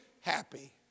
happy